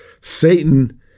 Satan